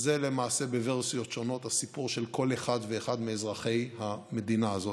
זה למעשה בוורסיות שונות הסיפור של כל אחד ואחת מאזרחי המדינה הזאת.